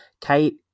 Kate